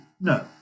no